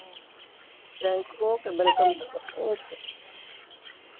thank you okay welcome sir okay